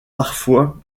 parfois